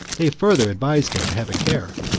they further advised him to have a care,